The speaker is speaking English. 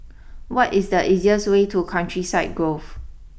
what is the easiest way to Countryside Grove